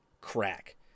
crack